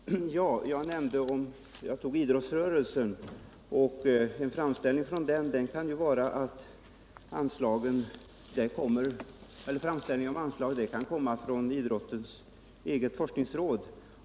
Herr talman! Jag nämnde idrottsrörelsen som exempel. En framställning om ökade anslag kan komma från idrottens eget forskningsråd.